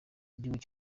igihugu